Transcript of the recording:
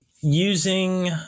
Using